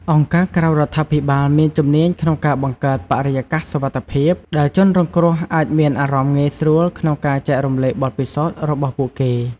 អង្គការក្រៅរដ្ឋាភិបាលមានជំនាញក្នុងការបង្កើតបរិយាកាសសុវត្ថិភាព ដែលជនរងគ្រោះអាចមានអារម្មណ៍ងាយស្រួលក្នុងការចែករំលែកបទពិសោធន៍របស់ពួកគេ។